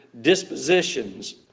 dispositions